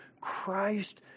Christ